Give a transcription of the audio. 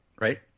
Right